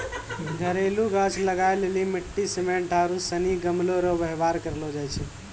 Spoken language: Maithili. घरेलू गाछ लगाय लेली मिट्टी, सिमेन्ट आरू सनी गमलो रो वेवहार करलो जाय छै